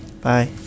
bye